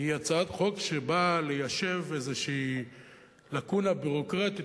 היא הצעת חוק שבאה ליישב איזו לקונה ביורוקרטית